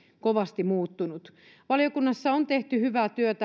kovasti muuttunut valiokunnassa on tehty hyvää työtä